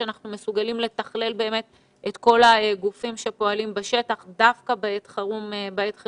שאנחנו מסוגלים לתכלל באמת את כל הגופים שפועלים בשטח דווקא בעת חירום זאת.